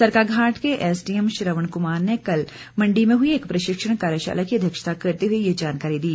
सरकाघाट को एसडीएम श्रवण कुमार ने कल मंडी में हुई एक प्रशिक्षण कार्यशाला की अध्यक्षता करते हुए ये जानकारी दी